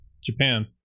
Japan